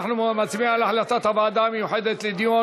אנחנו נצביע על החלטת הוועדה המיוחדת לדיון